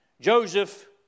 Joseph